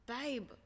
babe